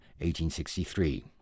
1863